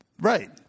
Right